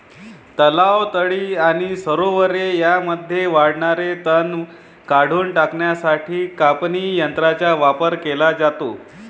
तलाव, तळी आणि सरोवरे यांमध्ये वाढणारे तण काढून टाकण्यासाठी कापणी यंत्रांचा वापर केला जातो